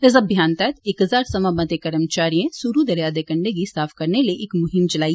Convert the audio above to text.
इस अभियान तैहत इक हजार सवां मते कर्मचारियें सुरु दरेया दे कंडे गी साफ करने लेई इक म्हिम चलाई